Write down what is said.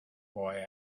boy